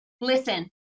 listen